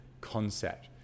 concept